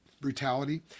brutality